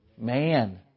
Man